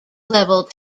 level